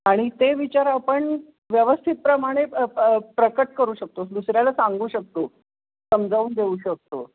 आणि ते विचार आपण व्यवस्थितप्रमाणे प्रकट करू शकतो दुसऱ्याला सांगू शकतो समजावून देऊ शकतो